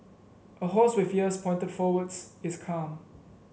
a horse with ears pointed forwards is calm